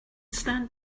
stand